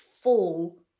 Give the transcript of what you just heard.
fall